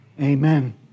Amen